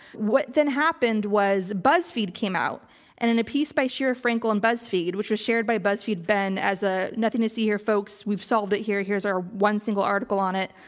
what then happened was buzzfeed came out and in a piece by shira frankel and buzzfeed, which was shared by buzzfeed ben as a nothing to see here folks, we've solved it here. here's our one single article on it.